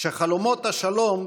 שחלומות השלום,